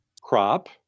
crop